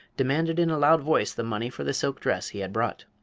demanded in a loud voice the money for the silk dress he had brought.